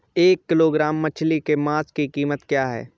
एक किलोग्राम मछली के मांस की कीमत क्या है?